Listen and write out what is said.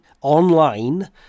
online